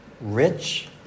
rich